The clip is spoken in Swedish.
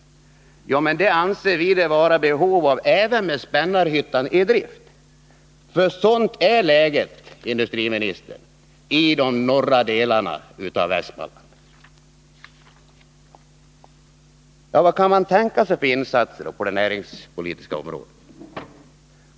Ja, men det anser vi det vara | behov av även med Spännarhyttan i drift. Sådant är nämligen läget, herr industriminister, i de norra delarna av Västmanland. ; Vad kan man då tänka sig för insatser på det näringspolitiska området?